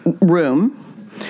room